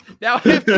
Now